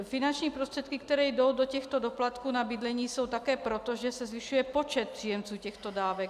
Finanční prostředky, které jdou do těchto doplatků na bydlení, jsou také proto, že se zvyšuje počet příjemců těchto dávek.